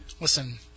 listen